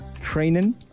training